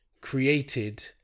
created